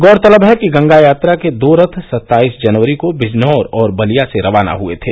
गौरतलब है कि गंगा यात्रा के दो रथ सत्ताईस जनवरी को बिजनौर और बलिया से रवाना हुए थे